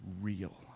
real